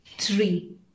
three